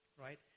Right